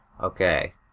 Okay